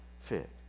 fit